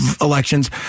elections